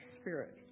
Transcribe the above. spirit